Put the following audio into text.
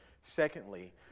Secondly